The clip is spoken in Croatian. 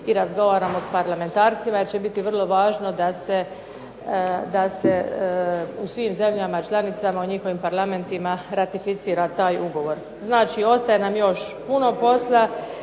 i razgovaramo sa parlamentarcima jer će biti vrlo važno da se u svim zemljama članicama u njihovim parlamentima ratificira taj ugovor. Znači ostaje nam još puno posla,